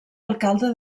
alcalde